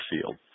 field